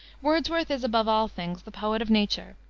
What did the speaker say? wordsworth is, above all things, the poet of nature.